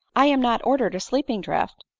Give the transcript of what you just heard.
i am not ordered a sleeping draught!